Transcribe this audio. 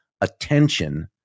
attention